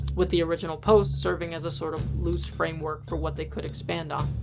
with the original posts serving as a sort of loose framework for what they could expand on.